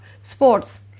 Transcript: sports